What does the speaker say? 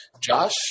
Josh